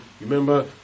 Remember